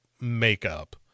makeup